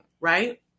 right